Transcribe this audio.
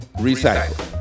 Recycle